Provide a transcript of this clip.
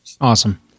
Awesome